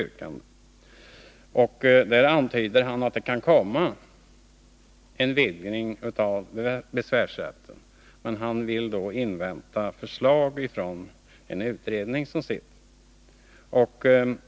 Han antyder att det kan komma en vidgning av besvärsrätten, men han vill invänta förslag från en utredning som sitter.